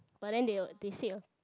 but then they were they said